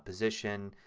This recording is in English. position,